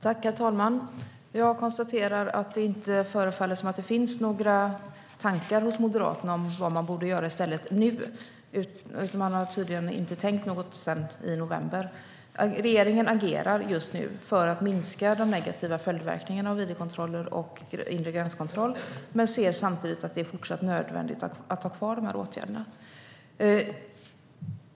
Herr talman! Jag konstaterar att det inte förefaller finnas några tankar hos Moderaterna om vad man borde göra i stället. Man har tydligen inte tänkt något sedan november. Regeringen agerar just nu för att minska de negativa följdverkningarna av id-kontroller och inre gränskontroll men anser samtidigt att det fortfarande är nödvändigt att ha kvar åtgärderna.